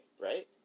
right